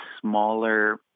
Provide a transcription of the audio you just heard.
smaller